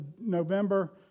November